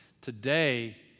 Today